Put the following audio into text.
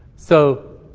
so,